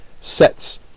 sets